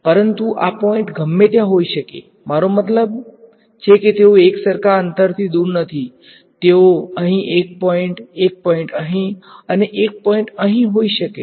પરંતુ આ પોઈન્ટ ગમે ત્યાં હોઈ શકે છે મારો મતલબ છે કે તેઓને એકસરખા અંતરની દૂર નથી તેઓ અહીં એક પોઈન્ટ એક પોઈન્ટ અહીં અને એક પોઈન્ટ હોઈ શકે છે